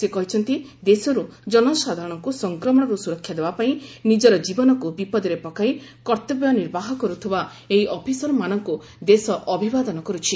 ସେ କହିଛନ୍ତି ଦେଶରୁ ଜନସାଧାରଣଙ୍କୁ ସଂକ୍ରମଣରୁ ସୁରକ୍ଷା ଦେବାପାଇଁ ନିଜର ଜୀବନକୁ ବିପଦରେ ପକାଇ କର୍ଭବ୍ୟ ନିର୍ବାହନ କର୍ତ୍ତିବା ଏହି ଅଫିସରମାନଙ୍କୁ ଦେଶ ଅଭିବାଦନ କରୁଛି